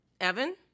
Evan